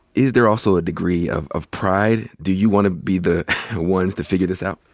is there also a degree of of pride? do you want to be the ones to figure this out?